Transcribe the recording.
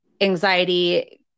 anxiety